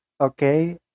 Okay